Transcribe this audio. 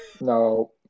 no